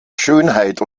schönheit